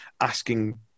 asking